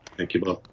thank you both.